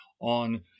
on